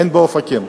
אין באופקים.